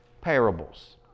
parables